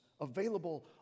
available